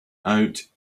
out